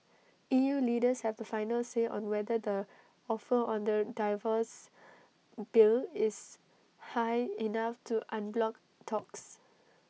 E U leaders have the final say on whether the offer on the divorce bill is high enough to unblock talks